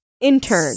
Intern